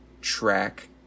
track